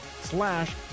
slash